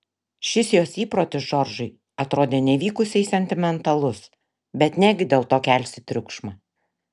šis jos įprotis džordžui atrodė nevykusiai sentimentalus bet negi dėl to kelsi triukšmą